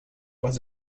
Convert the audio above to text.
was